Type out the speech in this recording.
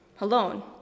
alone